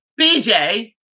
BJ